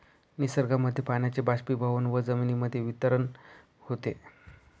निसर्गामध्ये पाण्याचे बाष्पीभवन व जमिनीमध्ये वितरण होते